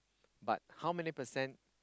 but how many percent